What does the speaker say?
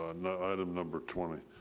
and item number twenty.